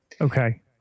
Okay